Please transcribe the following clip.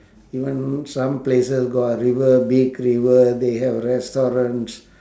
even some places got river big river they have restaurants